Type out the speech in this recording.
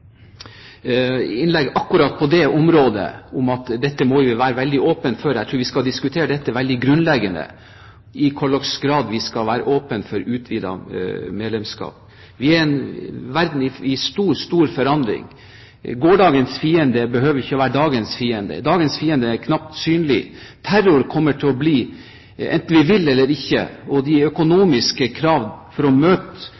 innlegg akkurat på det området, om at dette må vi være veldig åpne for. Jeg tror vi skal diskutere dette veldig grunnleggende – i hvilken grad vi skal være åpne for utvidet medlemskap. Vi har en verden i stor forandring. Gårsdagens fiende behøver ikke være dagens fiende. Dagens fiende er knapt synlig. Terror er kommet for å bli, enten vi vil det eller ikke. De